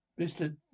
Mr